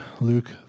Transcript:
Luke